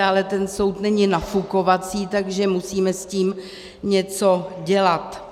Ale ten soud není nafukovací, takže musíme s tím něco dělat.